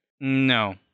No